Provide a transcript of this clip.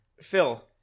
Phil